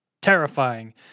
terrifying